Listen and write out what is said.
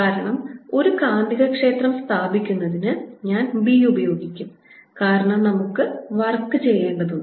കാരണം ഒരു കാന്തികക്ഷേത്രം സ്ഥാപിക്കുന്നതിന് ഞാൻ B ഉപയോഗിക്കും കാരണം നമുക്ക് വർക്ക് ചെയ്യേണ്ടതുണ്ട്